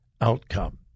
outcome